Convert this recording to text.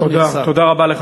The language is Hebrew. תודה רבה.